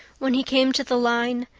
when he came to the line,